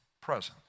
presence